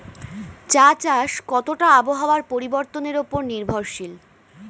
চা চাষ কতটা আবহাওয়ার পরিবর্তন উপর নির্ভরশীল?